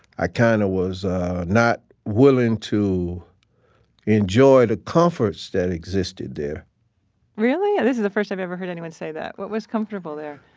i kinda kind of was not willing to enjoy the comforts that existed there really? this is the first i've ever heard anyone say that. what was comfortable there?